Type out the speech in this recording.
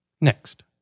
Next